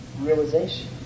Realization